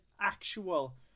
actual